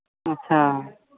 अच्छा